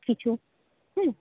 কিছু হুম